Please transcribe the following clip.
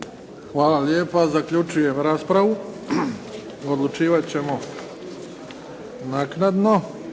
Hvala lijepa. Zaključujem raspravu. Odlučivat ćemo naknado.